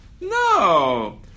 No